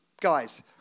guys